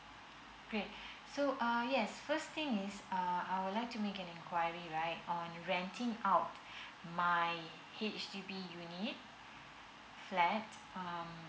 okay so ah yes first thing is uh I would like to make an enquiry right on renting out my H_D_B unit flat um